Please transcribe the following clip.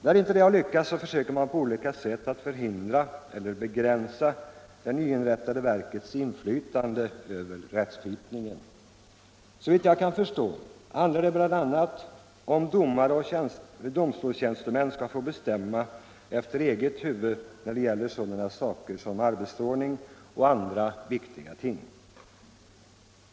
När inte det har lyckats försöker man på olika sätt förhindra eller begränsa det nyinrättade verkets inflytande över rättskipningen. Såvitt jag kan förstå handlar det om bl.a. huruvida domare och domstolstjänstemän skall få bestämma efter eget huvud när det gäller arbetsordningar och andra sådana viktiga ting.